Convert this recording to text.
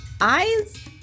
eyes